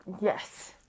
Yes